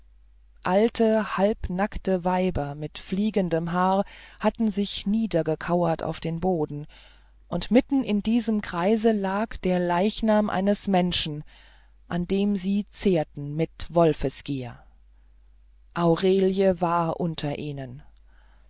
alte halbnackte weiber mit fliegendem haar hatten sich niedergekauert auf den boden und mitten in dem kreise lag der leichnam eines menschen an dem sie zehrten mit wolfesgier aurelie war unter ihnen